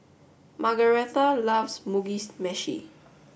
Margaretha loves Mugi Meshi